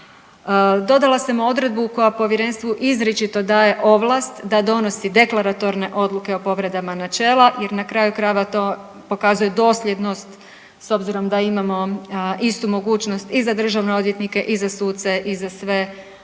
Dodala sam odredbu koja povjerenstvu izričito daje ovlast da donosi deklaratorne odluke o povredama načela jer na kraju krajeva to pokazuje dosljednost s obzirom da imamo istu mogućnost i za državne odvjetnike i za suce i za sve državne